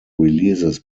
releases